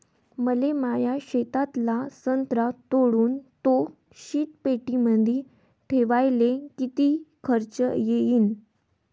मले माया शेतातला संत्रा तोडून तो शीतपेटीमंदी ठेवायले किती खर्च येईन?